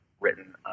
written